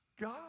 god